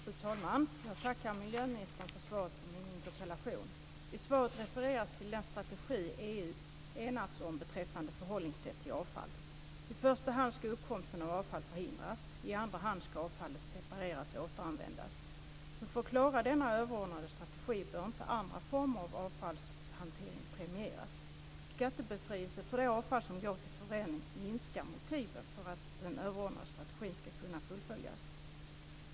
Fru talman! Jag tackar miljöministern för svaret på min interpellation. I svaret refereras till den strategi EU enats om beträffande förhållningssätt till avfall. I första hand ska uppkomsten av avfall förhindras. I andra hand ska avfallet separeras och återanvändas. För att klara denna överordnade strategi bör inte andra former av avfallshantering premieras. Skattebefrielse för det avfall som går till förbränning minskar motiven för att den överordnade strategin ska kunna fullföljas.